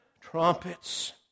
trumpets